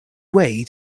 way